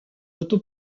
auto